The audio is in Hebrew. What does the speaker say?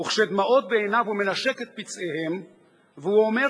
וכשדמעות בעיניו הוא מנשק את פצעיהם/ והוא אומר